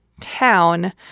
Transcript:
town